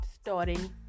starting